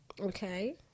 Okay